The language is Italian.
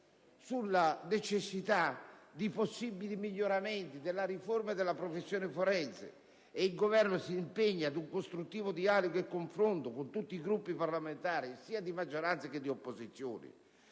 sulla necessità di apportare possibili miglioramenti alla riforma della professione forense e il Governo si impegna ad un costruttivo confronto con tutti i Gruppi parlamentari, sia di maggioranza che di opposizione.